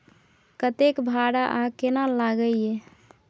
कतेक भाड़ा आ केना लागय ये?